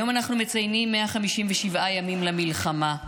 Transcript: היום אנחנו מציינים 157 ימים למלחמה.